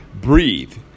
breathe